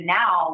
now